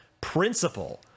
principle